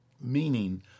meaning